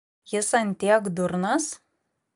jis ant tiek durnas